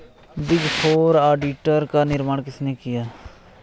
Big four auditor का निर्माण किसने किया?